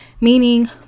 meaning